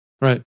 Right